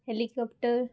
helicopter